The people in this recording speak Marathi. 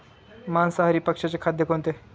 मांसाहारी पक्ष्याचे खाद्य कोणते?